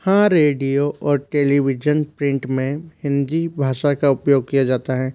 हाँ रेडियो और television print में हिंदी भाषा का उपयोग किया जाता है